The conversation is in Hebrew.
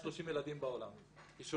אדוני היושב-ראש,